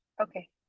Okay